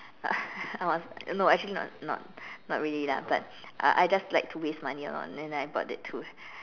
I was no actually not not not really lah but I just like to waste money on and I bought that too